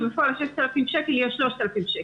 שבפועל מ-6,000 שקלים יהיה 3,000 שקלים.